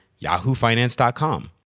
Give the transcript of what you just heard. yahoofinance.com